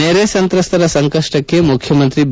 ನೆರೆ ಸಂತ್ರಸ್ತರ ಸಂಕಷ್ಟಕ್ಕೆ ಮುಖ್ಯಮಂತ್ರಿ ಬಿ